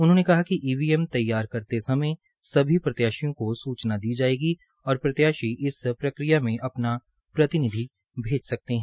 उनहोंने कहा कि ईवीएम तैयार करते समय सभी प्रत्याशियों को सूचना दी जायेगी और प्रत्याशी इस प्रक्रिया में अपना प्रतिनिधि भेज सकते है